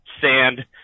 sand